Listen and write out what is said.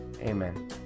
amen